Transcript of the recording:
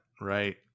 right